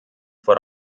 vor